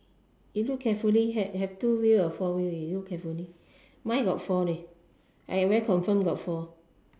you look carefully have have two wheel or four wheel leh you look carefully mine got four leh I very confirm got four